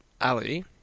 Ali